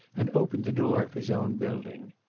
and opened the door of his own building.